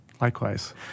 likewise